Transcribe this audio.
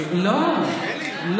שלי.